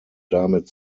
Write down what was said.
damit